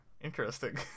Interesting